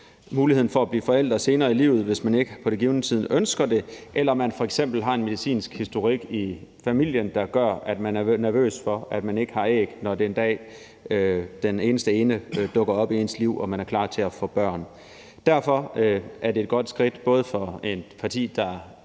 muligheden for at blive forælder senere i livet, hvis man ikke på det givne tidspunkt ønsker det eller man f.eks. har en medicinsk historik i familien, der gør, at man er nervøs for, at man ikke har æg, når en dag den eneste ene dukker op i ens liv og man er klar til at få børn. Derfor er det et godt skridt, både for et parti, der